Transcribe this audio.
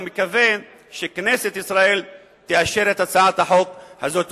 אני מקווה שכנסת ישראל תאשר את הצעת החוק הזאת.